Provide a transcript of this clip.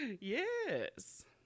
Yes